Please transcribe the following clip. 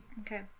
Okay